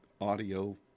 audio